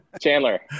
Chandler